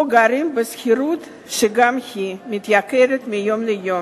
או גרים בשכירות, שגם היא מתייקרת מיום ליום.